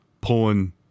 pulling